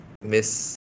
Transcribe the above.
miss